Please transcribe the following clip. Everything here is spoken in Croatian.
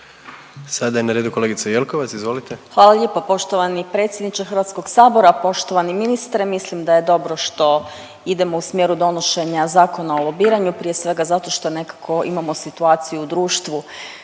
Sada je na redu kolegica Jelkovac, izvolite. **Jelkovac, Marija (HDZ)** Hvala lijepa poštovani predsjedniče HS-a, poštovani ministre. Mislim da je dobro što idemo u smjeru donošenja Zakona o lobiranju, prije svega zato što nekako imamo situaciju u društvu